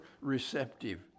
receptive